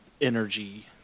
energy